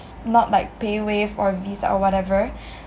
not like payWave or visa or whatever